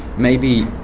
maybe,